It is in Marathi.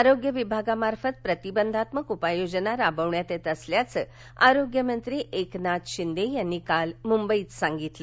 आरोग्य विभागामार्फत प्रतिबंधात्मक उपाययोजना राबविण्यात येत असल्याचं आरोग्यमंत्री एकनाथ शिंदे यांनी काल मंबईत सांगितलं